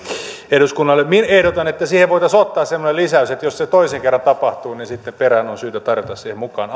eduskunnalle minä ehdotan että siihen voitaisiin ottaa semmoinen lisäys että jos se toisen kerran tapahtuu niin sitten perään on syytä tarjota siihen mukaan